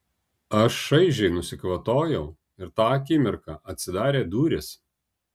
aš šaižiai nusikvatojau ir tą akimirką atsidarė durys